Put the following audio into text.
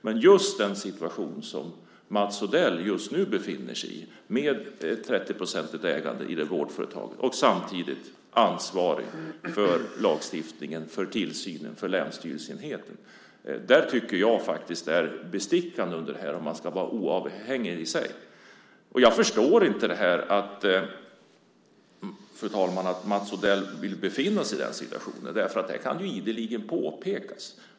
Men just när det gäller den situation som Mats Odell just nu befinner sig i tycker jag att ett 30-procentigt ägande i ett vårdföretag samtidigt som han är ansvarig för lagstiftningen och tillsynen beträffande länsstyrelseenheten är bestickande om man nu ska vara oavhängig. Jag förstår inte, fru talman, att Mats Odell vill befinna sig i den situationen. Det här kan ju ideligen påpekas.